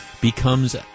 becomes